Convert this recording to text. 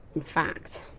in fact,